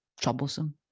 troublesome